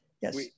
Yes